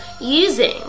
using